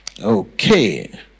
Okay